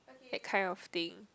that kind of thing